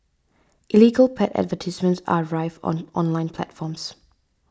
illegal pet advertisements are rife on online platforms